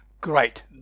great